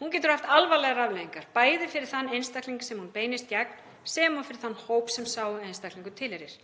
Hún getur haft alvarlegar afleiðingar, bæði fyrir þann einstakling sem hún beinist gegn sem og fyrir þann hóp sem sá einstaklingur tilheyrir.